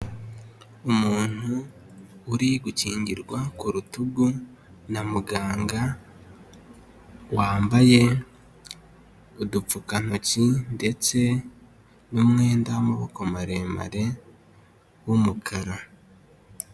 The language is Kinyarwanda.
Umuntu uri gukingirwa ku rutugu na muganga wambaye udupfukantoki ndetse n'umwenda w'amaboko maremare w'umukara.